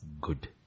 good